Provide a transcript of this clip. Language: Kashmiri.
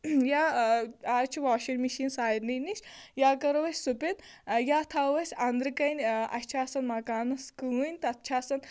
یا اَز چھِ واشِنٛگ مٔشیٖن سارِنٕے نِش یا کَرَو أسۍ سُپِن یا تھاوَو أسۍ أنٛدرٕ کَنہِ اَسہِ چھِ آسان مَکانَس کٲنۍ تَتھ چھِ آسان